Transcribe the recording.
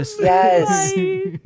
Yes